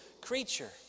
creature